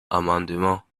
amendement